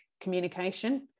communication